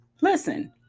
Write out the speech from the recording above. listen